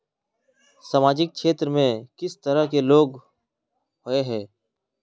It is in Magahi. सामाजिक क्षेत्र में किस तरह के लोग हिये है?